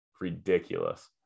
ridiculous